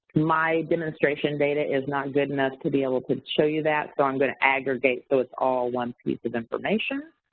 my demonstration data is not good enough to be able to show you that so i'm gonna aggregate so it's all one piece of information.